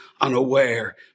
unaware